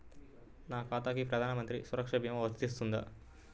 నా ఖాతాకి ప్రధాన మంత్రి సురక్ష భీమా వర్తిస్తుందా?